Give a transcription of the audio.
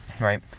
right